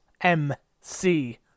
MC